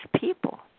people